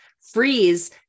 freeze